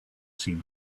seem